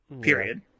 period